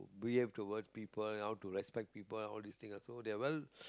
behave towards people how to respect people all these things ah so they are well